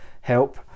help